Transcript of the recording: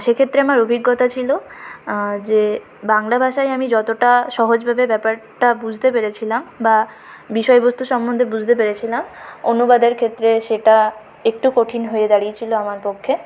সে ক্ষেত্রে আমার অভিজ্ঞতা ছিল যে বাংলা ভাষায় আমি যতটা সহজ ভেবে ব্যাপারটা বুঝতে পেরেছিলাম বা বিষয়বস্তু সম্বন্ধে বুঝতে পেরেছিলাম অনুবাদের ক্ষেত্রে সেটা একটু কঠিন হয়ে দাঁড়িয়েছিল আমার পক্ষে